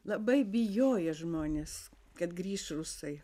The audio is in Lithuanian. labai bijojo žmonės kad grįš rusai